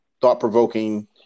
thought-provoking